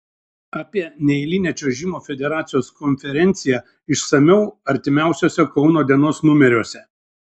apie neeilinę čiuožimo federacijos konferenciją išsamiau artimiausiuose kauno dienos numeriuose